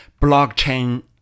blockchain